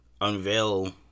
unveil